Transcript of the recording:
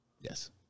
Yes